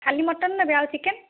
ଖାଲି ମଟନ୍ ନେବେ ଆଉ ଚିକେନ୍